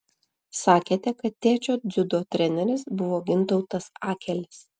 sakėte kad tėčio dziudo treneris buvo gintautas akelis